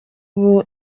ubu